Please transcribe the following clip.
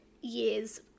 years